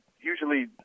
usually